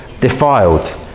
defiled